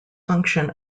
function